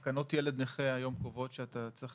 תקנות ילד נכה היום קבועות שהוא צריך